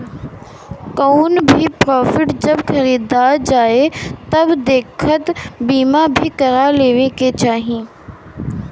कवनो भी प्रापर्टी जब खरीदे जाए तअ देयता बीमा भी करवा लेवे के चाही